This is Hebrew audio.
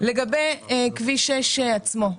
לגבי כביש 6 עצמו,